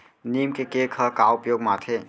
नीम cake ह का उपयोग मा आथे?